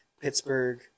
Pittsburgh